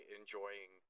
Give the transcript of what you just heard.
enjoying